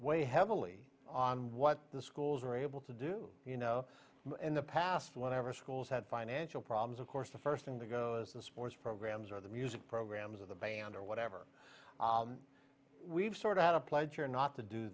weigh heavily on what the schools are able to do you know in the past whenever schools had financial problems of course the first thing that goes the sports programs are the music programs of the band or whatever we've sort out a pledge or not to do